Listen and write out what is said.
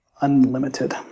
unlimited